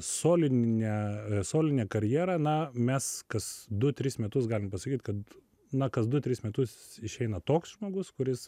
solinę solinę karjerą na mes kas du tris metus galim pasakyt kad na kas du tris metus išeina toks žmogus kuris